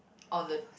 on the